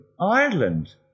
Ireland